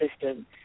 system